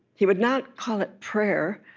he would not call it prayer.